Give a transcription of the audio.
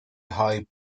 high